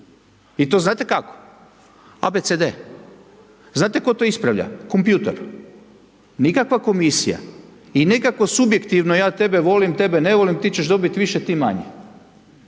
i to znate kako? ABC, znate tko to ispravlja? Kompjutor. Nikakva Komisija i nikakvo subjektivno ja tebe volim, tebe ne volim, ti ćeš dobiti više, ti manje.